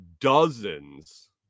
dozens